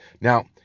Now